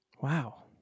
Wow